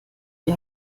die